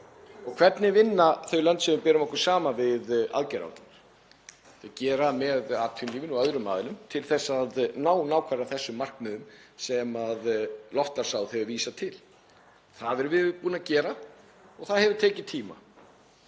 Hvernig vinna þau lönd sem við berum okkur saman við aðgerðaáætlun? Þau gera það með atvinnulífinu og öðrum aðilum til að ná nákvæmlega þessum markmiðum sem loftslagsráð hefur vísað til. Það erum við búin að gera og það hefur tekið tíma.